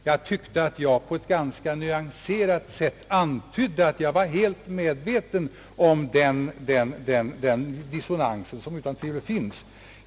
Jag tyckte att jag på ett ganska nyanserat sätt antydde, att jag var helt medveten om den skillnad som otvivelaktigt finns.